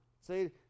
Say